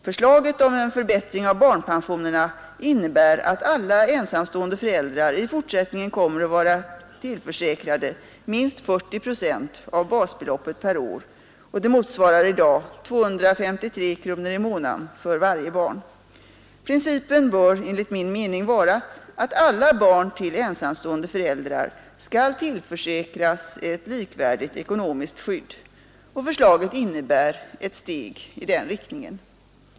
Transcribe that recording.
Förslaget om en förbättring av barnpensionerna innebär att alla ensamstående föräldrar i fortsättningen kommer att vara tillförsäkrade minst 70 procent av basbeloppet per år, vilket i dag motsvarar 253 kronor per månad för varje barn. Principen bör enligt min mening vara att alla barn till ensamstående föräldrar skall tillförsäkras ett likvärdigt ekonomiskt skydd. Förslaget innebär ett steg i den riktningen.